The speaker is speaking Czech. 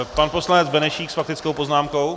Pan poslanec Benešík s faktickou poznámkou.